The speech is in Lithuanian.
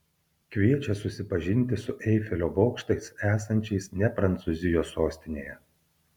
kviečia susipažinti su eifelio bokštais esančiais ne prancūzijos sostinėje